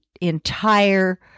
entire